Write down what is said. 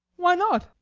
why not?